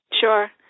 Sure